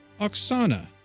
Oksana